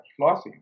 flossing